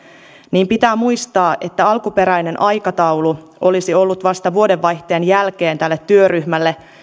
niin pitää muistaa että alkuperäinen aikataulu olisi ollut vasta vuodenvaihteen jälkeen tälle työryhmälle